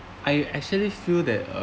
I actually feel that